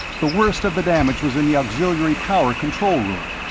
the worst of the damage was in the auxiliary power control room,